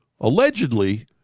Allegedly